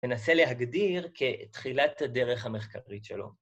ננסה להגדיר כתחילת הדרך המחקרית שלו.